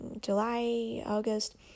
July-August